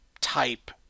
type